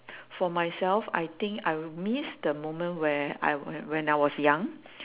for myself I think I will miss the moment where I w~ when I was young